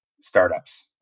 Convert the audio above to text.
startups